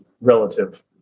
relative